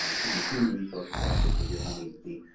excuse me, human resources office with your home agency,